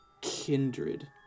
kindred